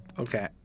Okay